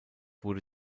wurde